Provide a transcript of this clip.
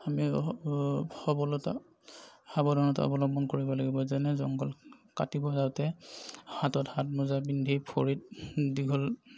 আমি সবলতা সাৱধানতা অৱলম্বন কৰিব লাগিব যেনে জংঘল কাটিব যাওঁতে হাতত হাতমোজা পিন্ধি ভৰিত দীঘল